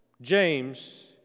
James